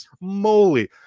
moly